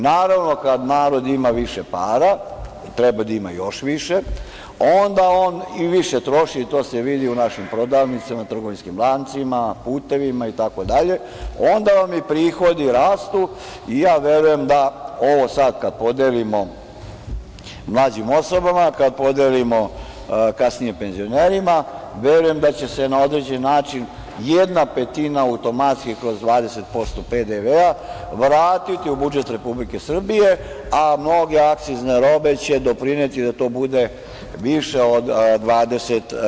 Naravno, kad narod ima više para, i treba da ima još više, onda on i više troši, to se vidi u našim prodavnicama, trgovinskim lancima, putevima, itd. onda i prihodi rastu i ja verujem da ovo sad kad podelimo mlađim osobama, kad podelimo kasnije penzionerima da će se na određen način jedna petina automatski kroz 20% PDV vratiti u budžet Republike Srbije, a mnoge akcizne robe će doprineti da to bude više od 20%